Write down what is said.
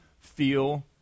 feel